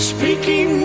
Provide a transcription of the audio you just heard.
Speaking